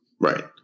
Right